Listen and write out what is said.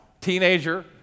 teenager